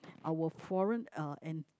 our foreign uh and